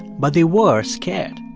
but they were scared,